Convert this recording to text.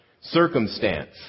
circumstance